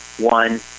One